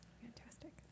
Fantastic